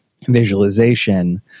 visualization